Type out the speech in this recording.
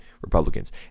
Republicans